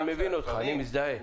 אני מזדהה.